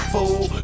Fool